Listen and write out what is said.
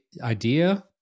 idea